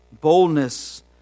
Boldness